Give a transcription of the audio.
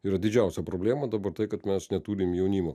yra didžiausia problema dabar tai kad mes neturim jaunimo